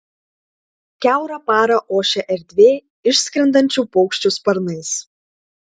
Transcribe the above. kiaurą parą ošia erdvė išskrendančių paukščių sparnais